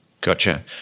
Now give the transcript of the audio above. Gotcha